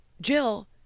Jill